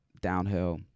downhill